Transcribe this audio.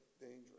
dangerous